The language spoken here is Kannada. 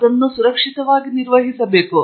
ಅದನ್ನು ಸುರಕ್ಷಿತವಾಗಿ ನಿರ್ವಹಿಸಬೇಕು